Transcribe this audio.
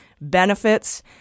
benefits